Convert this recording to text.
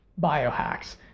biohacks